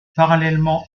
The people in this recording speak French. parallèlement